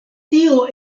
tio